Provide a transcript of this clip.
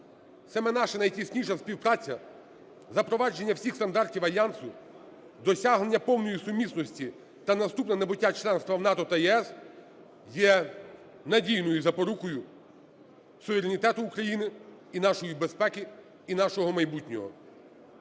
Саме наша найтісніша співпраця запровадження всіх стандартів альянсу, досягнення повної сумісності та наступне набуття членства в НАТО та ЄС є надійною запорукою суверенітету України і нашої безпеки, і нашого майбутнього.